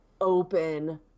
open